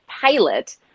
pilot